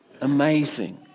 Amazing